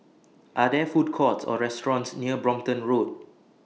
Are There Food Courts Or restaurants near Brompton Road